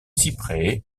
cyprès